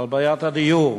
על בעיית הדיור.